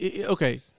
okay